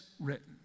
written